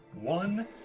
one